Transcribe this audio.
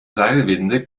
seilwinde